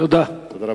תודה רבה.